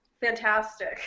Fantastic